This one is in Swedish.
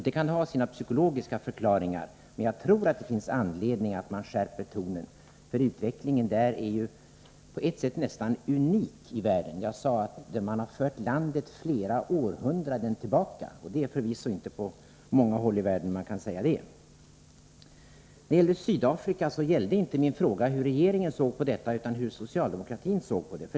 Det kan ha sina psykologiska förklaringar, men jag tror att det finns anledning att skärpa tonen, för utvecklingen där är på ett sätt nästan unik i världen. Jag sade att man fört landet flera århundraden tillbaka, och det är förvisso inte om många stater i världen man kan säga det. Beträffande Sydafrika gällde inte min fråga hur regeringen såg på detta land utan hur socialdemokratin såg på det.